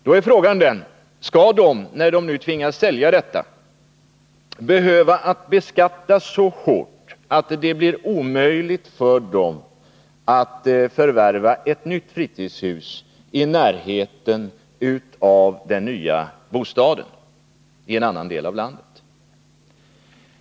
Då är frågan: Skall de, när de tvingas sälja sitt fritidshus, behöva beskattas så hårt att det blir omöjligt för dem att förvärva ett nytt fritidshus i närheten av den nya bostaden i en annan del av landet?